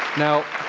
now,